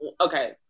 okay